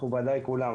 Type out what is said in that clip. מכובדיי כולם.